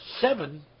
seven